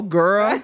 girl